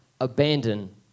abandon